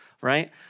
right